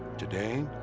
today,